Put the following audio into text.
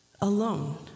alone